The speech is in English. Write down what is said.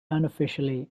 unofficially